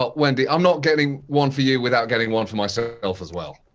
but wendy, i'm not getting one for you without getting one for myself as well.